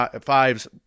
Fives